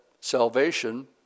salvation